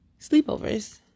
sleepovers